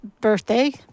birthday